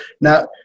Now